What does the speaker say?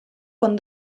con